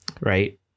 right